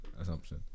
assumption